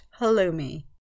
halloumi